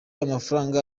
amafranga